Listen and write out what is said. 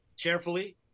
Carefully